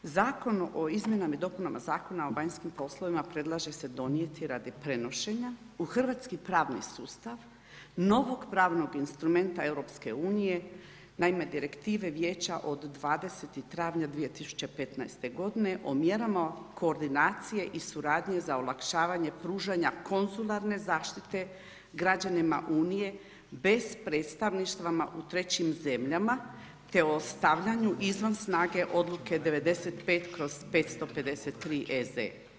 Zakon o izmjenama i dopunama Zakona o vanjskim poslovima predlaže se donijeti radi prenošenja u hrvatski pravni sustav novog pravnog instrumenta EU, naime Direktive Vijeća od 20. travnja 2015. godine o mjerama koordinacije i suradnje za olakšavanje pružanja konzularne zaštite građanima Unije bez predstavništva u trećim zemljama te o stavljanju izvan snage odluke 95/553 EZ.